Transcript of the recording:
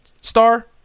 star